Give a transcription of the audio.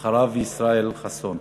אחריו, ישראל חסון.